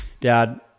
Dad